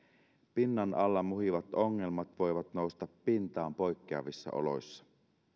pinnan alla muhivat ongelmat voivat nousta pintaan poikkeavissa oloissa